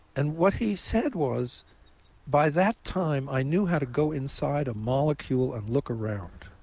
and what he said was by that time i knew how to go inside a molecule and look around.